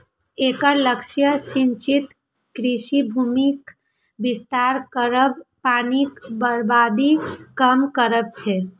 एकर लक्ष्य सिंचित कृषि भूमिक विस्तार करब, पानिक बर्बादी कम करब छै